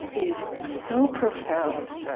is so profound.